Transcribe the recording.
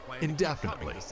indefinitely